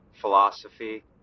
philosophy